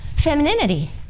Femininity